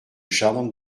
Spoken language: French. charmante